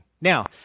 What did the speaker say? Now